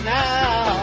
now